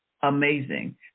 amazing